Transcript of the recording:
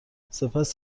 سپس